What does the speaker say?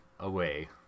away